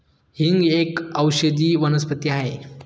हिंग एक औषधी वनस्पती आहे